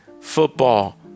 Football